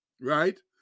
right